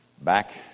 Back